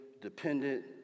dependent